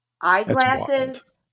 Eyeglasses